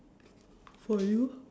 for you